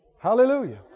Hallelujah